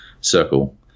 circle